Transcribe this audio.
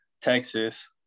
Texas